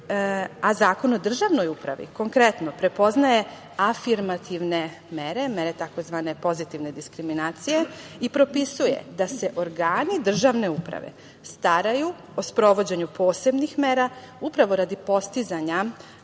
a Zakon o državnoj upravi konkretno prepoznaje afirmativne mere, mere tzv. pozitivne diskriminacije i propisuje da se organi državne uprave staraju o sprovođenju posebnih mera upravo radi postizanja